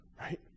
Right